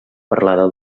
parlada